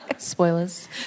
spoilers